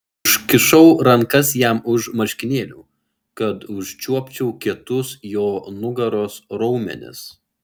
užkišau rankas jam už marškinėlių kad užčiuopčiau kietus jo nugaros raumenis